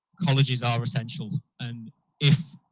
colleges are essential. and if,